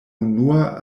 unua